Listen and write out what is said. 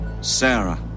Sarah